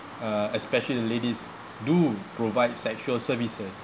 uh especially the ladies do provide sexual services